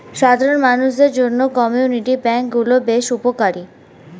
সাধারণ মানুষদের জন্য কমিউনিটি ব্যাঙ্ক গুলো বেশ উপকারী